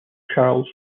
charles